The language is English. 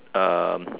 um